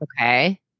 Okay